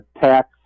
tax